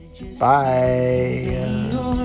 Bye